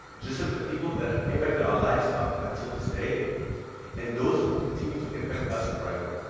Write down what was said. just like the people that have impacted our lives up until this day and those who will continue to impact us forever.